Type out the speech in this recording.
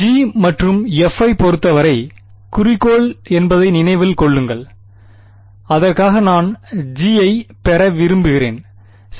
G மற்றும் f ஐப் பொறுத்தவரை குறிக்கோள் என்பதை நினைவில் கொள்ளுங்கள் அதற்காக நான் G ஐ பெற விரும்புகிறேன்சரி